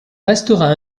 restera